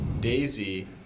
Daisy